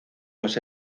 los